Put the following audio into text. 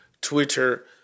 twitter